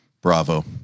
bravo